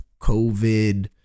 covid